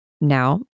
now